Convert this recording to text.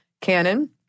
canon